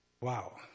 Wow